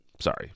Sorry